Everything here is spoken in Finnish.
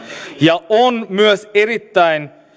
ja tutkimuksesta on myös erittäin